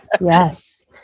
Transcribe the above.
Yes